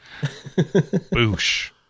Boosh